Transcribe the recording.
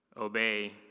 obey